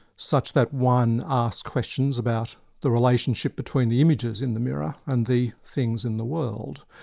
such that one asked questions about the relationship between the images in the mirror and the things in the world.